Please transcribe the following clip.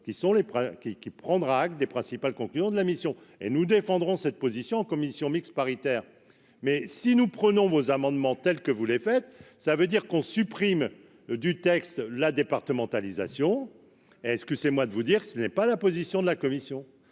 qui prendra acte des principales conclusions de la mission et nous défendrons cette position en commission mixte paritaire, mais si nous prenons vos amendements tels que vous les faites ça veut dire qu'on supprime du texte, la départementalisation est-ce que c'est moi de vous dire, ce n'est pas la position de la commission